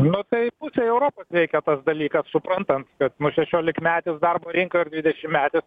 nu tai pusėj europos veikia tas dalykas suprantam kad nu šešiolikmetis darbo rinkoj ir dvidešimtmetis